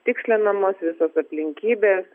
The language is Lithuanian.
tikslinamos visos aplinkybės